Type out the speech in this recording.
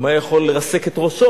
הוא גם היה יכול לרסק את ראשו